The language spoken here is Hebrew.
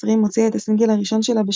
ביוני 2020 הוציאה את הסינגל הראשון שלה,